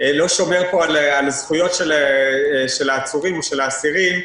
שומר פה על זכויות העצורים והאסירים,